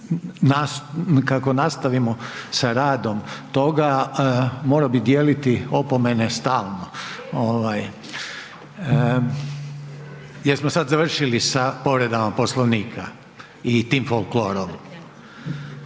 kako nastavimo sa radom toga morao bi dijeliti opomene stalno. Jel smo sada završili sa povredama Poslovnika i tim folklorom?